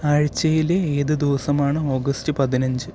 ആഴ്ചയിലെ ഏത് ദിവസമാണ് ഓഗസ്റ്റ് പതിനഞ്ച്